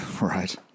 Right